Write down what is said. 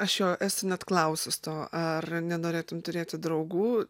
aš jo esu net klausus to ar nenorėtum turėti draugų